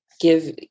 give